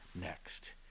next